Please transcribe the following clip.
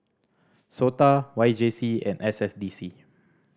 SOTA Y J C and S S D C